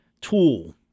tool